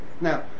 Now